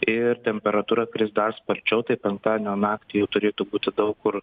ir temperatūra kris dar sparčiau tai penktadienio naktį jau turėtų būti daug kur